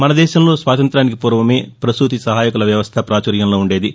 మన దేశంలో స్వాతంత్యానికి పూర్వమే ప్రసూతి సహాయకుల వ్యవస్థ ప్రాచుర్యంలో ఉండేది